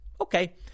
Okay